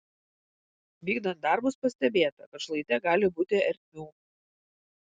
vykdant darbus pastebėta kad šlaite gali būti ertmių